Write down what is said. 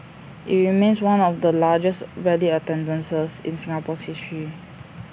IT remains one of the largest rally attendances in Singapore's history